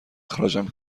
اخراجم